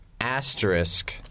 asterisk